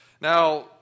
Now